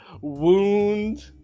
wound